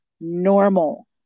normal